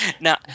Now